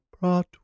brought